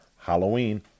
Halloween